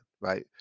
Right